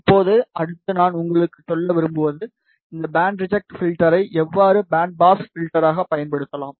இப்போது அடுத்து நான் உங்களுக்குச் சொல்ல விரும்புவது இந்த பேண்ட் ரிஜெக்ட் பில்டர்யை எவ்வாறு பேண்ட் பாஸ் பில்டராகப் பயன்படுத்தலாம்